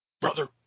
Brother